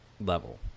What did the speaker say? level